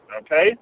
okay